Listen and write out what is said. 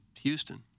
Houston